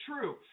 true